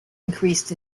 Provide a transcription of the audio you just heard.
increased